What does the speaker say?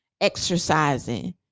exercising